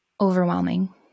overwhelming